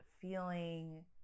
feeling